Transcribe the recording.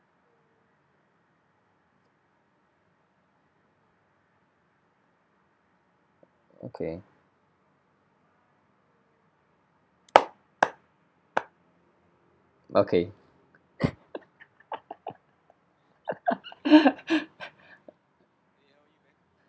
okay okay